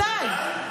מתי?